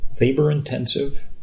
labor-intensive